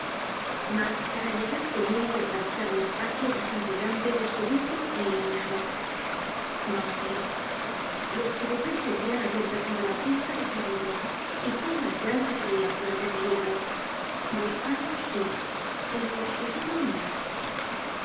mas para llegar tenia que atravesar un espacio bastante grande descubierto é iluminado nó vaciló los que le perseguian habian perdido la pista de seguro y juan valjean se creia fuera de peligro buscado sí pero seguido no